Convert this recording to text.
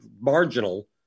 marginal